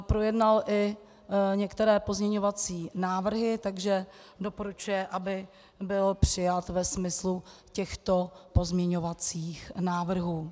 Projednal i některé pozměňovací návrhy, takže doporučuje, aby byl přijat ve smyslu těchto pozměňovacích návrhů.